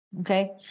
Okay